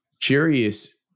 curious